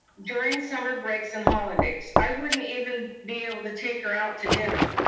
during summer breaks and holidays. i wouldn't even be able to take her out to dinner.